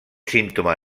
símptoma